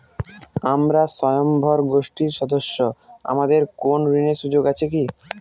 আমরা স্বয়ম্ভর গোষ্ঠীর সদস্য আমাদের কোন ঋণের সুযোগ আছে কি?